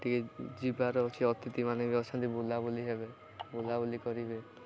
ଟିକେ ଯିବାର ଅଛି ଅତିଥି ମାନେ ବି ଅଛନ୍ତି ବୁଲାବୁଲି ହେବେ ବୁଲାବୁଲି କରିବେ